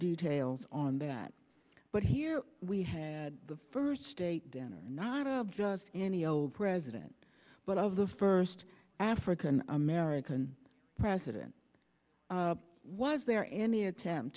details on that but here we had the first state dinner not of just any old president but of the first african american president was there any attempt